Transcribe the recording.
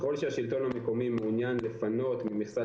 ככל שהשלטון המקומי מעוניין לפנות ממכסת